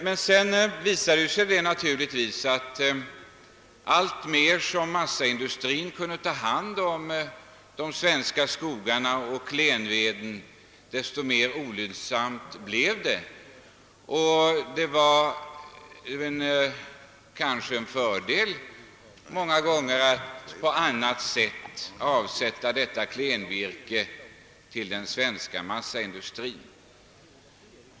Sedan visade det sig dock att användningen av klenveden blev alltmer ogynnsam allteftersom massaindustrin tog hand om de svenska skogarna. Det var kanske tidigare många gånger en fördel att avsätta klenvirket till den svenska massaindustrin.